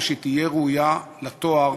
ותהיה ראויה לתואר